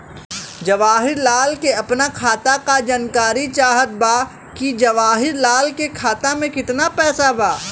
जवाहिर लाल के अपना खाता का जानकारी चाहत बा की जवाहिर लाल के खाता में कितना पैसा बा?